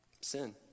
Sin